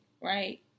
right